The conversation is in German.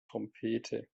trompete